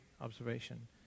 observation